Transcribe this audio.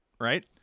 right